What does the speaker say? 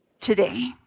today